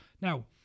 Now